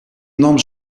nam